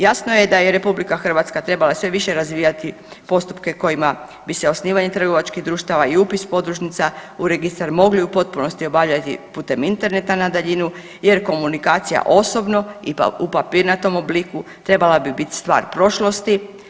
Jasno je da je Republika Hrvatska trebala sve više razvijati postupke kojima bi se osnivanjem trgovačkih društava i upis podružnica u registar mogli u potpunosti obavljati putem interneta na daljinu, jer komunikacija osobno i u papirnatom obliku trebala bi biti stvar prošlosti.